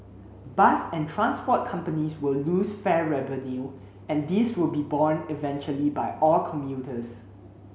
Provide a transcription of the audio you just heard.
bus and transport companies will lose fare revenue and this will be borne eventually by all commuters